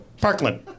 Parkland